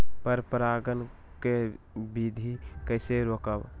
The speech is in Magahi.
पर परागण केबिधी कईसे रोकब?